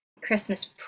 Christmas